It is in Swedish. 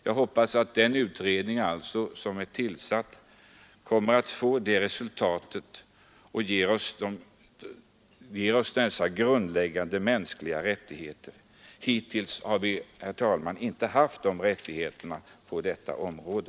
Jag hoppas att den utredning som är tillsatt kommer att leda fram till att vi får de grundläggande mänskliga rättigheter som vi hittills inte haft på detta område.